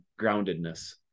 groundedness